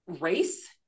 race